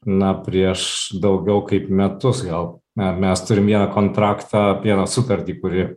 na prieš daugiau kaip metus gal ne mes turime vieną kontraktą apie sutartį kuri